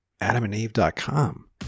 adamandeve.com